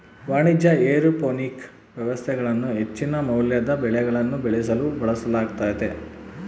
ವಾಣಿಜ್ಯ ಏರೋಪೋನಿಕ್ ವ್ಯವಸ್ಥೆಗಳನ್ನು ಹೆಚ್ಚಿನ ಮೌಲ್ಯದ ಬೆಳೆಗಳನ್ನು ಬೆಳೆಸಲು ಬಳಸಲಾಗ್ತತೆ